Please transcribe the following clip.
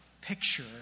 picture